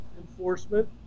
enforcement